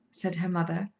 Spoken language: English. said her mother.